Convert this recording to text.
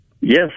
Yes